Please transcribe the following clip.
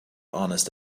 honest